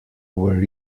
were